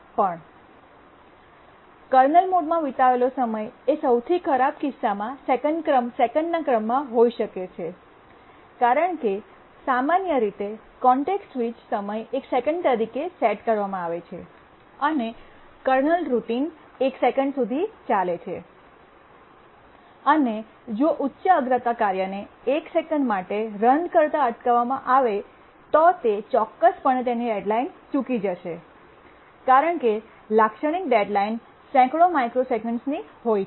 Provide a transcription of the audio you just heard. પણ કર્નલ મોડમાં વિતાવેલો સમય એ સૌથી ખરાબ કિસ્સામાં સેકંડના ક્રમમાં હોઈ શકે છે કારણ કે સામાન્ય રીતે કોન્ટેક્સટ સ્વીચ સમય એક સેકંડ તરીકે સેટ કરવામાં આવે છે અને કર્નલ રૂટિન એક સેકંડ સુધી ચાલે છે અને જો ઉચ્ચ અગ્રતા કાર્યને એક સેકંડ માટે રન કરતા અટકાવવામાં આવે તો ચોક્કસપણે તે તેની ડેડ્લાઇન ચૂકી જશે કારણ કે લાક્ષણિક ડેડ્લાઇન સેંકડો માઇક્રોસેકન્ડ્સની હોય છે